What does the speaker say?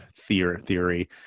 theory